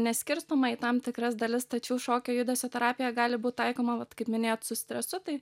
neskirstomą į tam tikras dalis tačiau šokio judesio terapija gali būt taikoma vat kaip minėjot su stresu tai